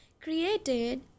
created